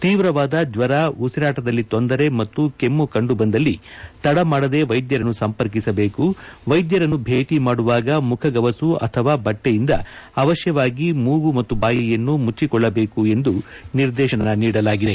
ತೀವ್ರವಾದ ಜ್ವರ ಉಸಿರಾಟದಲ್ಲಿ ತೊಂದರೆ ಮತ್ತು ಕೆಮ್ನು ಕಂಡು ಬಂದಲ್ಲಿ ತಡಮಾಡದೆ ವೈದ್ಯರನ್ನು ಸಂಪರ್ಕಿಸಬೇಕು ವೈದ್ಯರನ್ನು ಭೇಟ ಮಾಡುವಾಗ ಮುಖಗವಸು ಅಥವಾ ಬಟ್ಟೆಯಿಂದ ಅವಶ್ವವಾಗಿ ಮೂಗು ಮತ್ತು ಬಾಯಿಯನ್ನು ಮುಚ್ಚಿಕೊಳ್ಳಬೇಕು ಎಂದು ನಿರ್ದೇಶನ ನೀಡಲಾಗಿದೆ